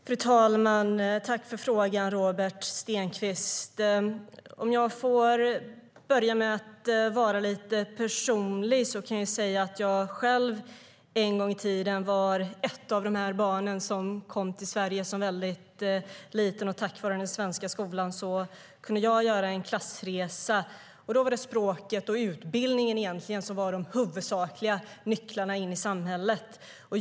Fru talman! Tack för frågan, Robert Stenkvist! Låt mig börja med att vara lite personlig. Jag kom själv till Sverige som liten, och tack vare den svenska skolan kunde jag göra en klassresa. För mig var språket och utbildningen de huvudsakliga nycklarna för att komma in i samhället.